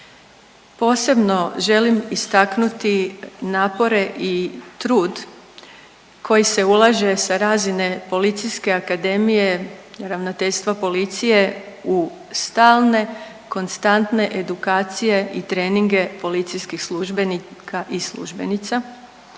Posebno želim istaknuti napore i trud koji se ulaže sa razine Policijske akademije, Ravnateljstva policije u stalne konstantne edukacije i treninge policijskih službenika i službenica.